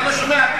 סתום את